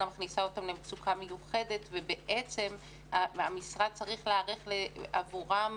מכניסה אותם למצוקה מיוחדת ובעצם המשרד צריך להיערך עבורם